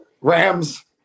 Rams